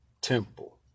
Temple